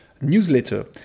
newsletter